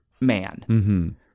man